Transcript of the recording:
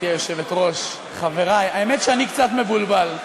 גברתי היושבת-ראש, חברי, האמת שאני קצת מבולבל.